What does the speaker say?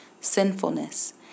sinfulness